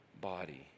body